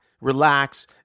relax